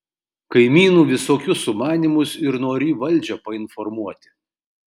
kaimynų visokius sumanymus ir norį valdžią painformuoti